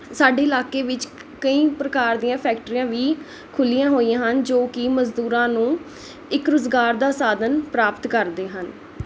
ਸਾਡੇ ਇਲਾਕੇ ਵਿੱਚ ਕਈ ਪ੍ਰਕਾਰ ਦੀਆਂ ਫੈਕਟਰੀਆਂ ਵੀ ਖੁੱਲ੍ਹੀਆਂ ਹੋਈਆਂ ਹਨ ਜੋ ਕਿ ਮਜ਼ਦੂਰਾਂ ਨੂੰ ਇੱਕ ਰੁਜ਼ਗਾਰ ਦਾ ਸਾਧਨ ਪ੍ਰਾਪਤ ਕਰਦੇ ਹਨ